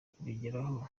kubigeraho